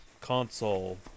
console